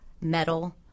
metal